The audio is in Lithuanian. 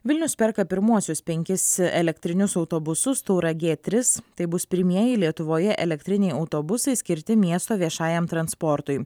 vilnius perka pirmuosius penkis elektrinius autobusus tauragė tris tai bus pirmieji lietuvoje elektriniai autobusai skirti miesto viešajam transportui